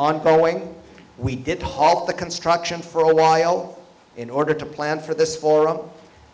ongoing we get to halt the construction for a while in order to plan for this forum